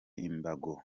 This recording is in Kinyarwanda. imbago